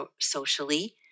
socially